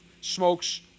smokes